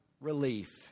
relief